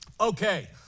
Okay